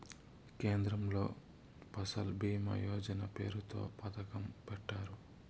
కేంద్రంలో ఫసల్ భీమా యోజన పేరుతో పథకం పెట్టారు